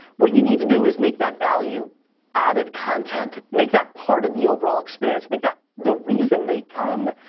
what you need to do is make that value added content. make that part of the overall experience. make that the reason they come.